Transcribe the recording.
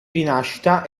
rinascita